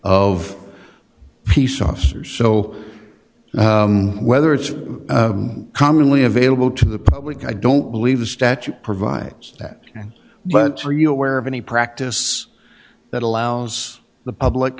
of peace officers so whether it's commonly available to the public i don't believe the statute provides that but for you aware of any practice that allows the public